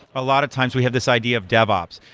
a lot of times we have this idea of dev ops,